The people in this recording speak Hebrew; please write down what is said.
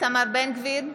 איתמר בן גביר,